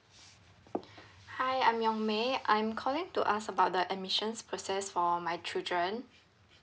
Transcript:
hi I'm yong may I'm calling to ask about the admissions process for my children